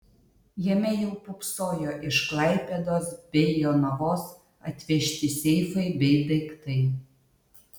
jame jau pūpsojo iš klaipėdos bei jonavos atvežti seifai bei daiktai